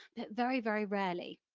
but very very rarely.